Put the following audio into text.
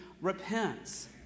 repents